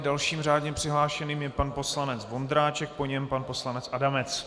Dalším řádně přihlášeným je pan poslanec Vondráček, po něm pan poslanec Adamec.